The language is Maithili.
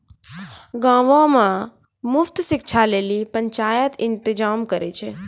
गांवो मे मुफ्त शिक्षा लेली पंचायत इंतजाम करै छै